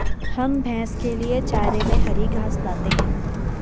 हम भैंस के लिए चारे में हरी घास लाते हैं